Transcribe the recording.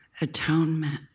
Atonement